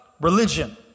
religion